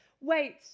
Wait